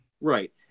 Right